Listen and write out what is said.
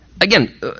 again